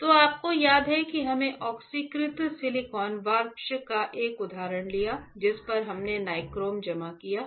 तो आपको याद है कि हमने ऑक्सीकृत सिलिकॉन वाष्प का एक उदाहरण लिया जिस पर हमने नाइक्रोम जमा किया है